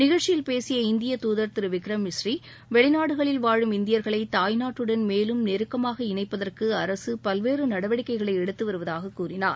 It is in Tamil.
நிகழ்ச்சியில் பேசிய இந்திய தூதர் திரு விக்ரம் மிஸ்ரி வெளிநாடுகளில் வாழும் இந்தியர்களை தாய்நாட்டுடன் மேலும் நெருக்கமாக இணைப்பதற்கு அரசு பல்வேறு நடவடிக்கைகளை எடுத்துவருவதாக கூறினார்